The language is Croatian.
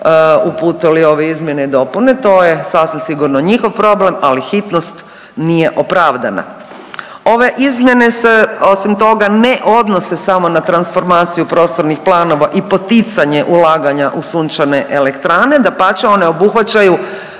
uputili ove izmjene i dopune, to je sasvim sigurno njihov problem, ali hitnost nije opravdana. Ove izmjene se, osim toga ne odnose samo na transformaciju prostornih planova i poticanje ulaganje u sunčane elektrane, dapače, one obuhvaćaju